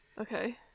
Okay